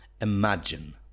Imagine